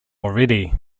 already